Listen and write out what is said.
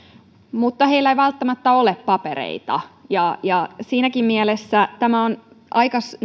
mutta joilla ei välttämättä ole papereita siinäkin mielessä tämä on aika